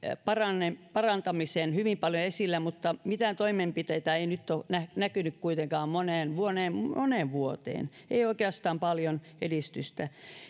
parantamista hyvin paljon esillä mutta mitään toimenpiteitä ei ole nyt näkynyt kuitenkaan moneen moneen moneen vuoteen ei oikeastaan paljon edistystä